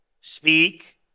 speak